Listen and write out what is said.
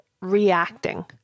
reacting